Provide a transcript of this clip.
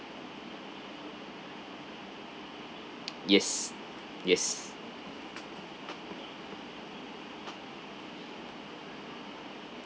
yes yes